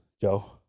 Joe